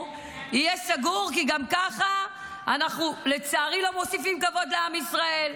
כי גם ככה אנחנו לצערי לא מוסיפים כבוד לעם ישראל.